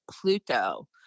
Pluto